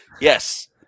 Yes